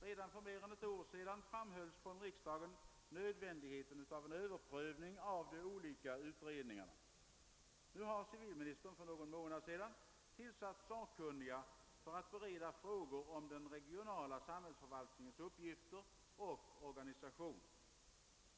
Redan för mer än ett år sedan framhöll riksdagen nödvändigheten av en överprövning av de olika utredningarna. Nu har civilministern för någon månad sedan tillsatt sakkunniga för att bereda frågor om den regionala samhällsförvaltningens uppgifter och orga nisation.